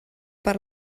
per